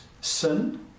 sin